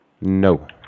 No